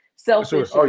Selfish